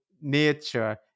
nature